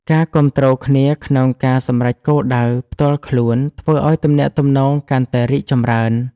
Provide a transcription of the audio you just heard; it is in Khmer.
ការគាំទ្រគ្នាក្នុងការសម្រេចគោលដៅផ្ទាល់ខ្លួនធ្វើឱ្យទំនាក់ទំនងកាន់តែរីកចម្រើន។